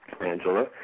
Angela